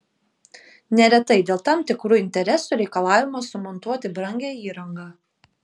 neretai dėl tam tikrų interesų reikalaujama sumontuoti brangią įrangą